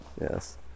yes